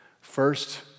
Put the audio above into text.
First